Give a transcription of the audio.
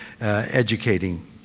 educating